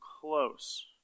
close